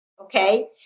Okay